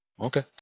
okay